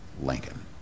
Lincoln